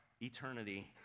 eternity